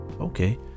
Okay